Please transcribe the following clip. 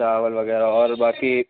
چاول وغیرہ اور باقی